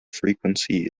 frequency